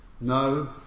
No